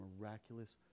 miraculous